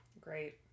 Great